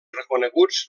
reconeguts